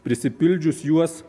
prisipildžius juos